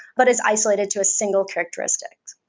but is isolated to a single characteristic.